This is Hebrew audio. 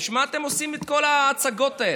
בשביל מה אתם עושים את כל ההצגות האלה?